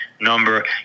Number